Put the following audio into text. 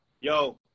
yo